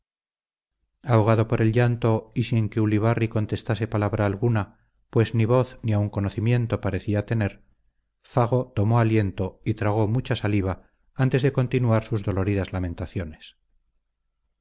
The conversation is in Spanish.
ahogado por el llanto y sin que ulibarri contestase palabra alguna pues ni voz ni aun conocimiento parecía tener fago tomó aliento y tragó mucha saliva antes de continuar sus doloridas lamentaciones